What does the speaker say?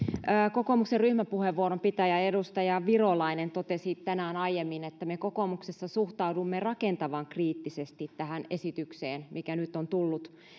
kokoomuksen ryhmäpuheenvuoron pitäjä edustaja virolainen totesi tänään aiemmin että me kokoomuksessa suhtaudumme rakentavan kriittisesti tähän esitykseen mikä nyt on tullut